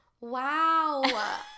Wow